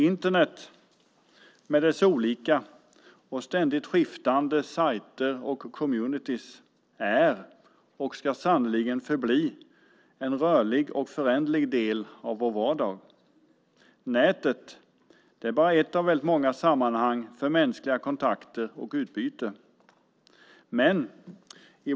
Internet med sina olika och ständigt skiftande sajter och communityer är, och ska sannerligen förbli, en rörlig och föränderlig del av vår vardag. Nätet är bara ett av många sammanhang för kontakter och utbyte mellan människor.